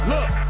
Look